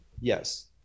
Yes